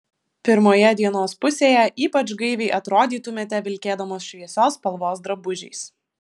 pirmoje dienos pusėje ypač gaiviai atrodytumėte vilkėdamos šviesios spalvos drabužiais